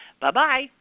Bye-bye